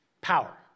Power